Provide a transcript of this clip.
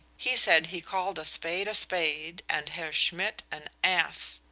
he said he called a spade a spade, and herr schmidt an ass.